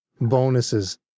bonuses